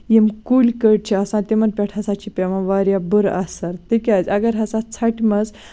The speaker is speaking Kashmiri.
یِم کُلۍ کٔٹۍ چھِ آسان تِمن پٮ۪ٹھ ہسا چھِ پیوان واریاہ بُرٕ اَثر تِکیازِ اَگر ہسا ژھَٹہِ منٛز